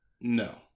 No